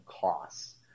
costs